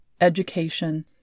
education